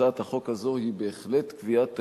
הצעת החוק הזו היא בהחלט קביעת תקדים,